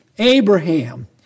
Abraham